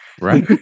Right